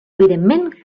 evidentment